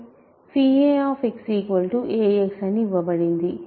aax అని ఇవ్వబడింది